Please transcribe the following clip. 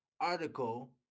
article